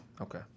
Okay